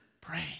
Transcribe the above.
pray